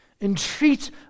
entreat